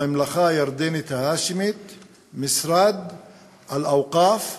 הממלכה הירדנית ההאשמית, משרד אל-אווקף,